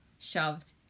shoved